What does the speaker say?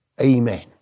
Amen